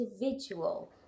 individual